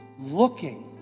looking